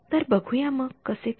तर बघूया मग कसे ते